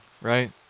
right